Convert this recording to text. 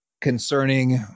concerning